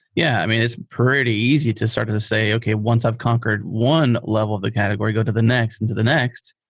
yeah. i mean, it's pretty easy to sort of say, okay. once i've conquered one level of the category, go to the next, and to the next.